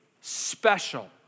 special